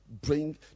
bring